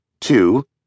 Two